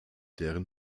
deren